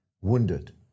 wounded